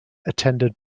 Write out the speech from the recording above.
attended